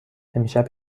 امشب